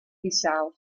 bissau